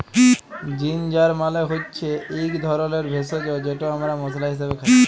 ginger মালে হচ্যে ইক ধরলের ভেষজ যেট আমরা মশলা হিসাবে খাই